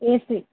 AC